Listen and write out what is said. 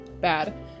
bad